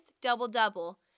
double-double